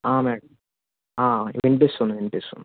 madam వినిపిస్తుంది వినిపిస్తుంది